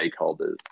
stakeholders